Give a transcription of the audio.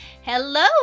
Hello